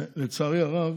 לצערי הרב